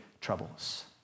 troubles